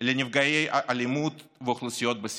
לנפגעי אלימות ואוכלוסיות בסיכון.